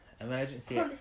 emergency